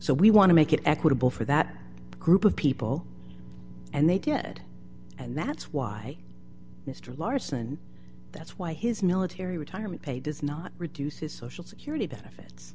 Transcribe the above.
so we want to make it equitable for that group of people and they did and that's why mr larson that's why his military retirement pay does not reduce his social security benefits